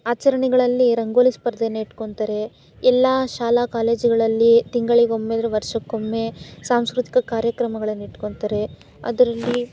ಆಚರಣೆಗಳಲ್ಲಿ ರಂಗೋಲಿ ಸ್ಪರ್ಧೆನ ಇಟ್ಕೊಳ್ತಾರೆ ಎಲ್ಲ ಶಾಲಾ ಕಾಲೇಜುಗಳಲ್ಲಿ ತಿಂಗಳಿಗೊಮ್ಮೆ ಇಲ್ದ್ರೆ ವರ್ಷಕ್ಕೊಮ್ಮೆ ಸಾಂಸ್ಕೃತಿಕ ಕಾರ್ಯಕ್ರಮಗಳನ್ನು ಇಟ್ಕೊಳ್ತಾರೆ ಅದರಲ್ಲಿ